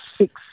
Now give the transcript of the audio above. six